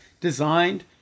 designed